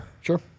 sure